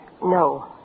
No